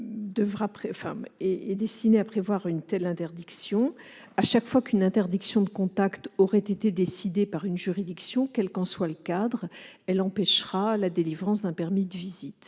est destiné à prévoir une telle interdiction : chaque fois qu'une interdiction de contact aura été décidée par une juridiction, quel qu'en soit le cadre, elle empêchera la délivrance d'un permis de visite.